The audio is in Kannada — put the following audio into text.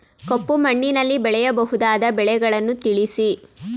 ಕಪ್ಪು ಮಣ್ಣಿನಲ್ಲಿ ಬೆಳೆಯಬಹುದಾದ ಬೆಳೆಗಳನ್ನು ತಿಳಿಸಿ?